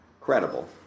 credible